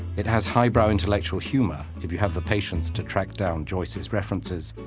it has highbrow intellectual humor, if you have the patience to track down joyce's references,